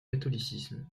catholicisme